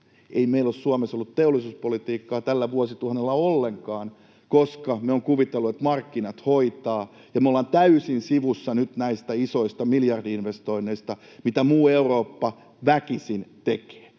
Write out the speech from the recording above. Ei meillä ole Suomessa ollut teollisuuspolitiikkaa tällä vuosituhannella ollenkaan, koska me ollaan kuviteltu, että markkinat hoitavat. Ja me ollaan täysin sivussa nyt näistä isoista miljardi-investoinneista, mitä muu Eurooppa väkisin tekee.